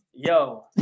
yo